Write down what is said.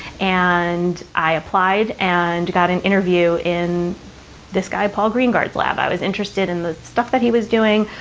and i applied, and got an interview in this guy paul greengard's lab. i was interested in the stuff that he was doing.